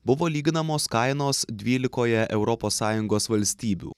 buvo lyginamos kainos dvylikoje europos sąjungos valstybių